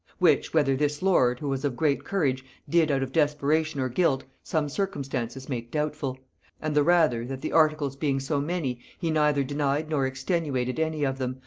which, whether this lord, who was of great courage, did out of desperation or guilt, some circumstances make doubtful and the rather, that the articles being so many, he neither denied nor extenuated any of them,